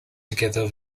together